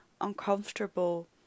uncomfortable